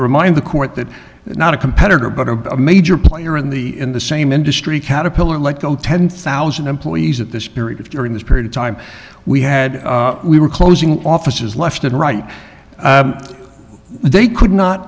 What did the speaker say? remind the court that not a competitor but a major player in the in the same industry caterpillar let go ten thousand employees at this period of during this period of time we had we were closing offices left and right they could not